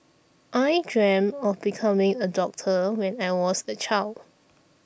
I dreamt of becoming a doctor when I was a child